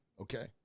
okay